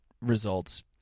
results